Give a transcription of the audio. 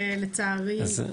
לצערי,